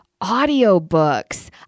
Audiobooks